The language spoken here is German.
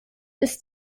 ist